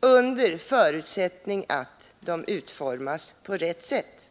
under förutsättning att de utformas på rätt sätt.